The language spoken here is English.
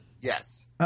yes